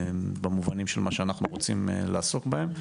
במובנים של מה שאנחנו רוצים לעסוק בהם,